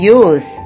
use